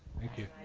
thank you.